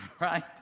Right